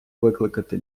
викликати